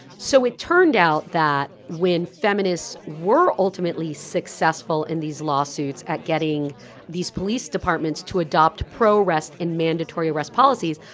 so it turned out that when feminists were ultimately successful in these lawsuits at getting these police departments to adopt pro arrest and mandatory arrest policies,